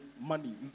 money